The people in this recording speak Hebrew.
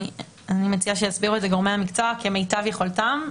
אני מציעה שיסבירו את זה גורמי המקצוע כמיטב יכולתם.